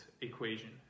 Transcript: equation